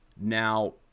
Now